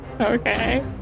Okay